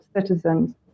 citizens